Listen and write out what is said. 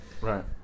Right